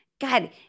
God